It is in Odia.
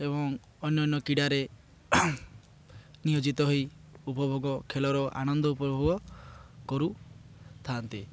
ଏବଂ ଅନ୍ୟ ଅନ୍ୟ କ୍ରୀଡ଼ାରେ ନିୟୋଜିତ ହୋଇ ଉପଭୋଗ ଖେଳର ଆନନ୍ଦ ଉପଭୋଗ କରୁଥାନ୍ତି